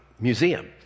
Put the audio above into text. Museum